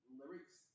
lyrics